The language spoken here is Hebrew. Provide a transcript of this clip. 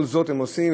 כל זאת הם עושים,